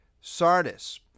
Sardis